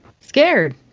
scared